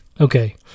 Okay